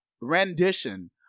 rendition